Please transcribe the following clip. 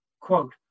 quote